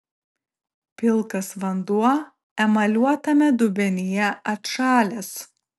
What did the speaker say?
pilkas vanduo emaliuotame dubenyje atšalęs